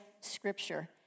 scripture